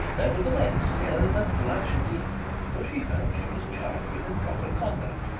nevertheless eleanor blushed deeply, for she felt she was charged with improper conduct,